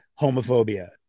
homophobia